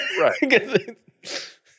Right